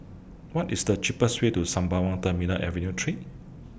What IS The cheapest Way to Sembawang Terminal Avenue three